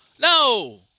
No